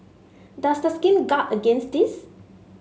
does the scheme guard against this